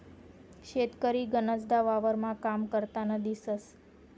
शेतकरी गनचदा वावरमा काम करतान दिसंस